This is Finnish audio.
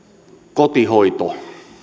kotihoito